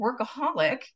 workaholic